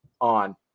on